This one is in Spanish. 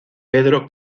pedro